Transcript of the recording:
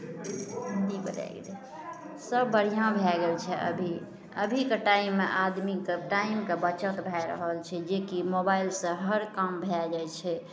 सब बढ़िआँ भए गेल छै अभी अभीके टाइममे आदमीके टाइमके बचत भए रहल छै जेकी मोबाइलसँ हर काम भए जाइ छै